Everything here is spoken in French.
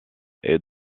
est